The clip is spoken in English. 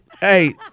hey